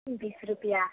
बीस रुपैाया